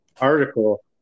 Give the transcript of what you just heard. article